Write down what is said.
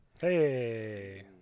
Hey